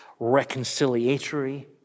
reconciliatory